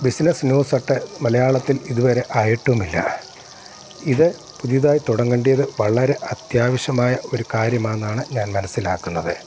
business news ഒക്കെ മലയാളത്തിൽ ഇതുവരെ ആയിട്ടുമില്ല ഇത് പുതിയതായി തുടങ്ങേണ്ടിയത് വളരെ അത്യാവശ്യമായ ഒരു കാര്യമാണെന്നാണ് ഞാൻ മനസിലാക്കുന്നത്